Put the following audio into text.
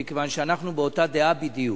כי אנחנו באותה עמדה בדיוק.